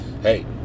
Hey